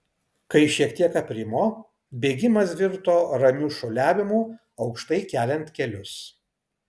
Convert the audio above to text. kai šiek tiek aprimo bėgimas virto ramiu šuoliavimu aukštai keliant kelius